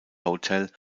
hotel